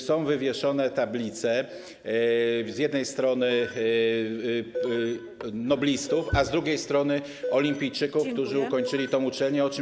są wywieszone tablice z jednej strony noblistów, a z drugiej strony - olimpijczyków, którzy ukończyli tę uczelnię?